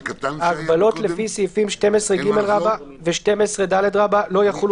"(3) ההגבלות לפי סעיפים 12ג ו-12ד לא יחולו